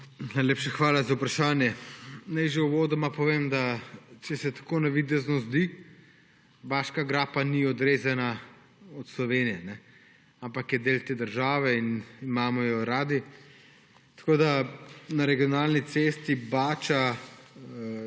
hvala za vprašanje. Naj že uvodoma povem, da tudi če se navidezno zdi tako, Baška grapa ni odrezana od Slovenije, ampak je del te države in imamo jo radi. Na regionalni cesti Bača